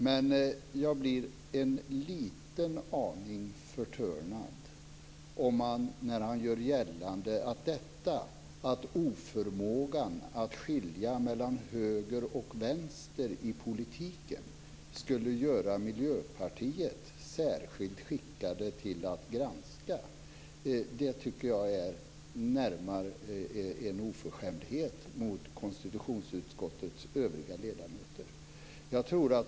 Men jag blir en liten aning förtörnad när han gör gällande att oförmågan att skilja mellan höger och vänster i politiken skulle göra Miljöpartiet särskilt skickat för granskningsarbetet. Jag tycker att det är närmast en oförskämdhet mot konstitutionsutskottets övriga ledamöter.